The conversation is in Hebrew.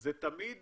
זה תמיד